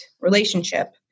relationship